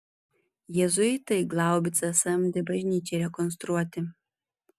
jėzuitai glaubicą samdė bažnyčiai rekonstruoti